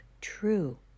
true